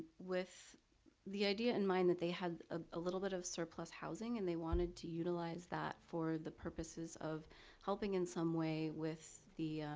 with the idea in mind that they had a little bit of surplus housing and they wanted to utilize that for the purposes of helping in some way with the,